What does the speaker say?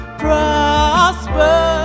prosper